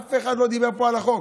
אף אחד לא דיבר פה על החוק.